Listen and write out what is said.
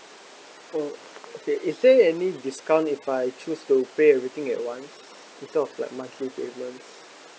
oh okay is there any discount if I choose to pay everything at once instead of like monthly payments